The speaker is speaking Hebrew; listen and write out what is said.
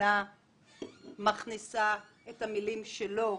בכוונה מכניסה את המילים שלו.